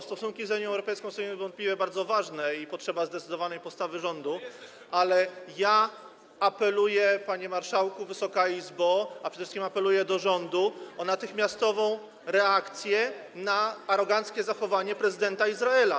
Stosunki z Unią Europejską są niewątpliwie bardzo ważne i potrzeba zdecydowanej postawy rządu, ale ja, panie marszałku, Wysoka Izbo, przede wszystkim apeluję do rządu o natychmiastową reakcję na aroganckie zachowanie prezydenta Izraela.